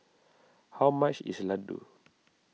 how much is Ladoo